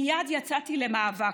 מייד יצאתי למאבק.